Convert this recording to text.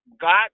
God